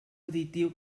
auditiu